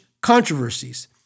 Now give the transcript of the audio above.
controversies